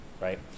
right